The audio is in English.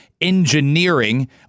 engineering